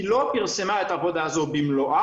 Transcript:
היא לא פרסמה את העבודה הזאת במלואה,